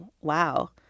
wow